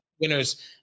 Winners